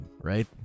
right